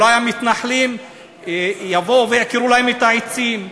אולי המתנחלים יבואו ויעקרו להם את העצים,